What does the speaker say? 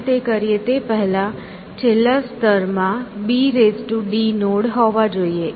આપણે તે કરીએ તે પહેલા છેલ્લા સ્તર માં bd નોડ હોવા જોઈએ